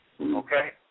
Okay